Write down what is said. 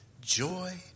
joy